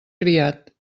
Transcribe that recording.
criat